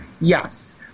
yes